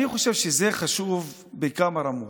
אני חושב שזה חשוב בכמה רמות,